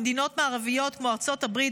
במדינות מערביות כמו ארצות הברית,